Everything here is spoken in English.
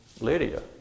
Lydia